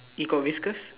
it got whiskers